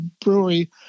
brewery